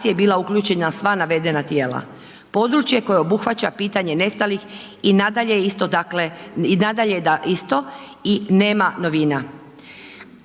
bila uključena sva navedena tijela. Područje koje obuhvaća pitanje nestalih i nadalje je isto, dakle i